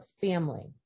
family